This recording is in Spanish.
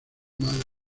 madre